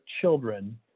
children